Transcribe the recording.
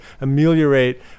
ameliorate